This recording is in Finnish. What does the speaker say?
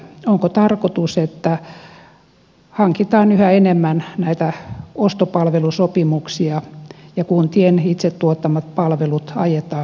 onko tarkoitus että hankitaan yhä enemmän näitä ostopalvelusopimuksia ja kuntien itse tuottamat palvelut ajetaan alas